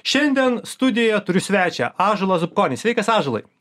šiandien studijoje turiu svečią ąžuolas zubkonis sveikas ąžuolai